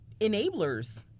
enablers